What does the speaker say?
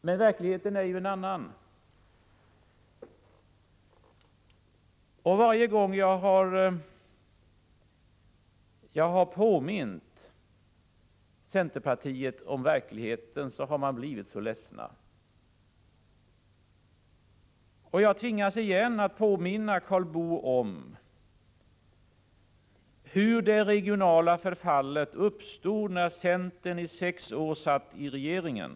Men verkligheten är en annan. Varje gång som jag har påmint centerpartister om verkligheten har de blivit mycket ledsna. Jag tvingas igen påminna Karl Boo om hur det regionala förfallet uppstod när centern under sex År satt i regeringen.